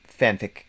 fanfic